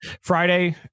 friday